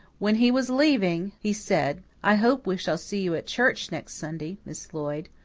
when he was leaving he said, i hope we shall see you at church next sunday, miss lloyd.